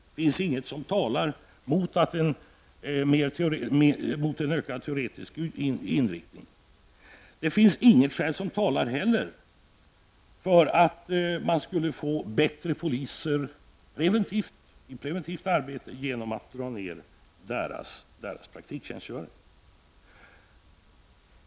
Det finns inget som talar mot en ökad teoretisk utbildning. Det finns heller inget som talar för att man skulle få poliser som blir bättre på preventivt arbete genom att minska deras praktiktjänstgöring.